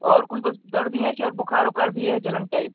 और कुछ बस दर्द ही है के और बुखार उखार भी है जलन टाइप